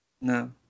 No